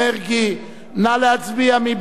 נא להצביע, מי בעד האי-אמון?